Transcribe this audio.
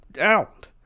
out